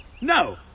no